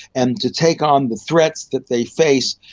and to take on the threats that they face,